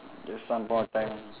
just some point of time